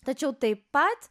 tačiau taip pat